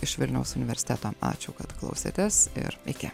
iš vilniaus universiteto ačiū kad klausėtės ir iki